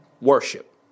worship